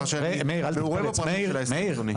מאחר שאני מעורה בפרטים של ההסכם עם הסתדרות המורים --- מאיר,